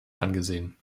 angesehen